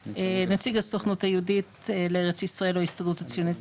נציג הסוכנות היהודית לארץ ישראל או ההסתדרות הציונית העולמית,